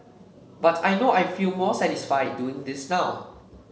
but I know I feel more satisfied doing this now